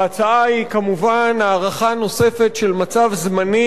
ההצעה היא כמובן הארכה נוספת של מצב זמני